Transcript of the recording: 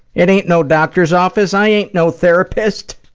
it ain't no doctor's office! i ah ain't no therapist!